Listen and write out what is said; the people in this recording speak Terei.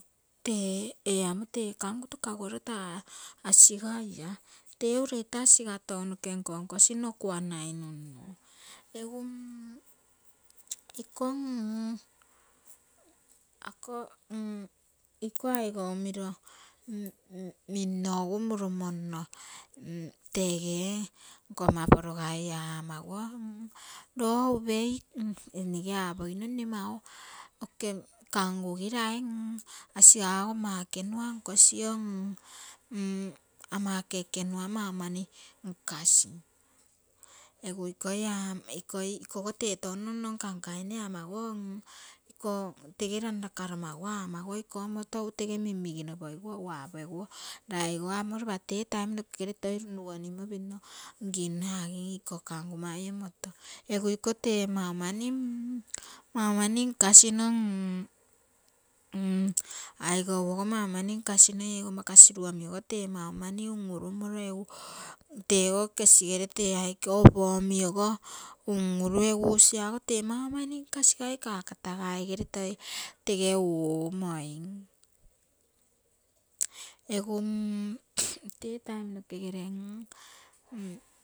Tee ee amo tee kangu tokaguoro tau asiga ia tee ereita asigo tounoke nkonkosi nno kuanai nunnumo egu iko, ako, aigou miro, minno egu murumonno tegee nkomma poro gai aamoguo loo oupei egu nege apogino nne oke kangu girai, asiga ogo ama ekenua nkosio, ama ekekenua maumani nkasi esu ikoi ama ikogo tee touno nkankaine aapoguo iko tege ranrakaroma guo, amaguo iko omoro egu tege minmigino pogiguo, egu apogi guo aiogo amo lopa tee taim nokegere runrugoni mmo toi pimno ngim asi iko kangu mai omoto egu iko tee maumani nkasino aigou ogo maumani nkasino ego makasiru omi ogo tee maumani un-urumoro egu tego kesigere tee aike opo omi ogo un-uru egu usiaogo tee maumani nkasigai kakatagaigere toi tege uumoim ege tee taim noke gere.